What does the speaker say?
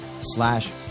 slash